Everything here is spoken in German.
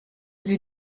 sie